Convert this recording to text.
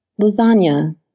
lasagna